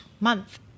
Month